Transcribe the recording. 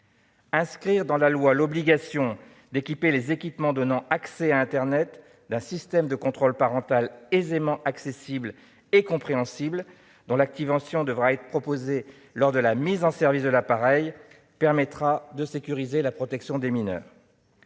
Inscrire dans la loi l'obligation d'équiper les outils donnant accès à internet d'un système de contrôle parental aisément accessible et compréhensible, dont l'activation devra être proposée lors de la mise en service de l'appareil, permettra de sécuriser la protection des mineurs.